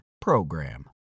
PROGRAM